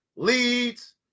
leads